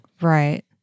Right